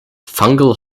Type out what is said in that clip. fungal